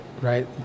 right